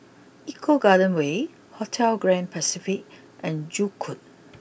Eco Garden way Hotel Grand Pacific and Joo Koon